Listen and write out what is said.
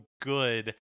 good